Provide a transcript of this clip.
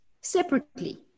separately